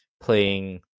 playing